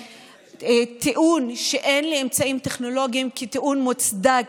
הטיעון שאין לחברה אמצעים טכנולוגיים כטיעון מוצדק,